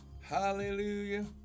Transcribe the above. Hallelujah